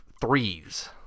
threes